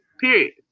Period